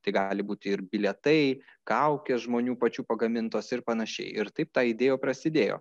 tai gali būti ir bilietai kaukės žmonių pačių pagamintos ir panašiai ir taip ta idėja prasidėjo